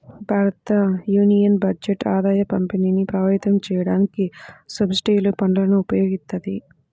భారతయూనియన్ బడ్జెట్ ఆదాయపంపిణీని ప్రభావితం చేయడానికి సబ్సిడీలు, పన్నులను ఉపయోగిత్తది